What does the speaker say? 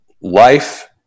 life